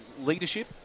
leadership